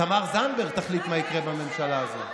תמר זנדברג תחליט מה יקרה בממשלה הזאת.